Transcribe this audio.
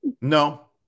No